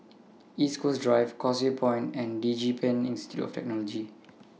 East Coast Drive Causeway Point and Digipen Institute of Technology